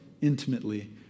intimately